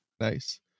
Nice